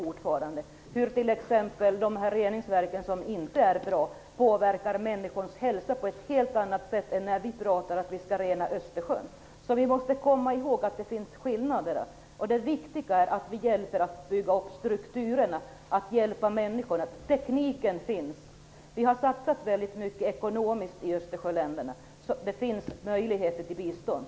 Man pratar om hur de här reningsverken, som inte är bra, påverkar människors hälsa. Det är på ett helt annat sätt än när vi pratar om att vi skall rena Vi måste komma ihåg att det finns skillnader. Det viktiga är att vi hjälper till att bygga upp strukturerna, att hjälpa människorna. Tekniken finns. Vi har satsat mycket ekonomiskt i Östersjöländerna. Det finns möjligheter till bistånd.